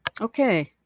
Okay